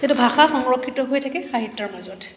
সেইটো ভাষা সংৰক্ষিত হৈ থাকে সাহিত্যৰ মাজত